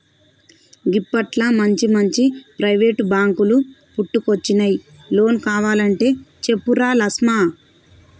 గిప్పట్ల మంచిమంచి ప్రైవేటు బాంకులు పుట్టుకొచ్చినయ్, లోన్ కావలంటే చెప్పురా లస్మా